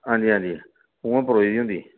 हां जी हां जी उ'यां परोई दी होंदी